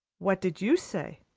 what did you say?